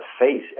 face